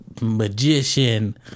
magician